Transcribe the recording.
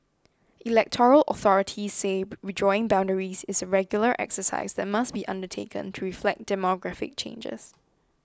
electoral authorities say redrawing boundaries is a regular exercise that must be undertaken to reflect demographic changes